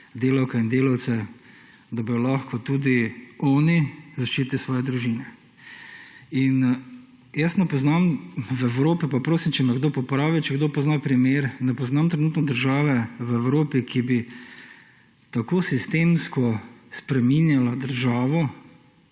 delavke in delavce, da bodo lahko tudi oni zaščitili svoje družine. Jaz ne poznam v Evropi, pa prosim, če me kdo popravi, če kdo pozna primer, jaz ne poznam trenutno države v Evropi, ki bi tako sistemsko spreminjala državo